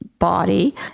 body